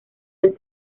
del